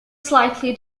slightly